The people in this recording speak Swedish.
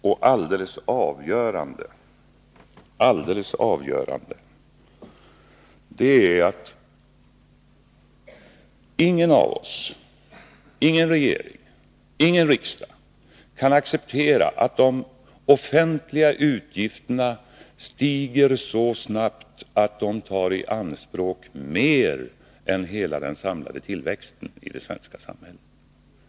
Och alldeles avgörande är att ingen av oss —- ingen regering, ingen riksdag — kan acceptera att de offentliga utgifterna stiger så snabbt att de tar i anspråk mer än hela den samlade tillväxten i det svenska samhället.